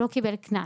הוא לא קיבל קנס,